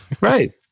Right